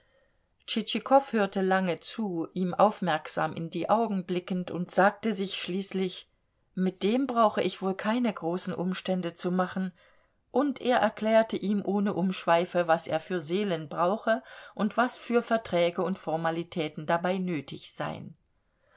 tschitschikow hörte lange zu ihm aufmerksam in die augen blickend und sagte sich schließlich mit dem brauche ich wohl keine großen umstände zu machen und er erklärte ihm ohne umschweife was er für seelen brauche und was für verträge und formalitäten dabei nötig seien